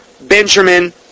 Benjamin